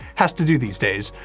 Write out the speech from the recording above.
has to do these days.